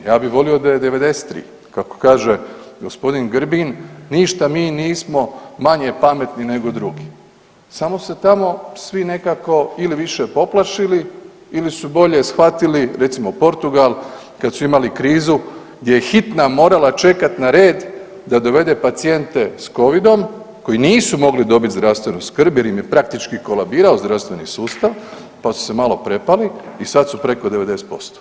Ja bi volio da je 93, kako kaže gospodin Grbin ništa mi nismo manje pametni nego drugi, samo su se tamo svi nekako ili više poplašili ili su bolje shvatili recimo Portugal kad su imali krizu gdje je hitna morala čekati na red da dovede pacijente s Covidom koji nisu mogli dobiti zdravstvenu skrb jer ime praktički kolabirao zdravstveni sustav pa su se malo prepali i sad su preko 90%